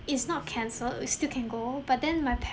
it's not cancelled we still can go but then my parents